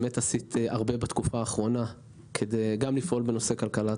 באמת עשית הרבה בתקופה האחרונה ופעלת בנושא כלכלת